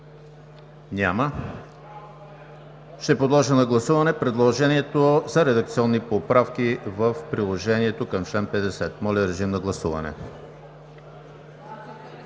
Няма. Ще подложа на гласуване предложението за редакционни поправки в Приложението към чл. 50. Гласували